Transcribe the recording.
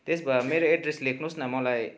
त्यसो भए मेरो एड्रेस लेख्नु होस् न मलाई